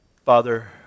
Father